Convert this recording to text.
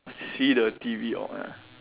see the T_V all ah